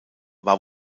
war